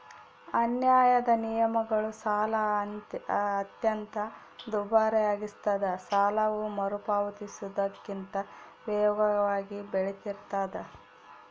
ಅನ್ಯಾಯದ ನಿಯಮಗಳು ಸಾಲ ಅತ್ಯಂತ ದುಬಾರಿಯಾಗಿಸ್ತದ ಸಾಲವು ಮರುಪಾವತಿಸುವುದಕ್ಕಿಂತ ವೇಗವಾಗಿ ಬೆಳಿತಿರ್ತಾದ